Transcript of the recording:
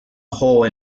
hole